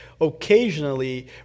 occasionally